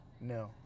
No